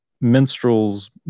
minstrels